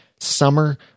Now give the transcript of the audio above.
Summer